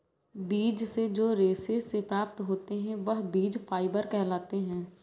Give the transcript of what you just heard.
बीज से जो रेशे से प्राप्त होते हैं वह बीज फाइबर कहलाते हैं